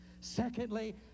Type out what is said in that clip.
Secondly